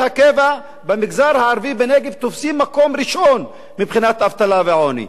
הקבע במגזר הערבי בנגב תופסים מקום ראשון מבחינת אבטלה ועוני,